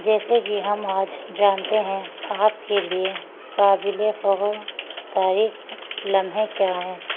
جیسے کہ ہم آج جانتے ہیں آپ کے لیے قابل فخر تاریخ لمحے کیا ہیں